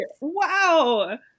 Wow